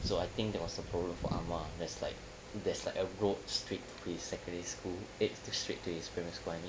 so I think that was a problem for amma there's like there's like a road straight to his secondary school eh straight to his primary school I mean